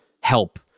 help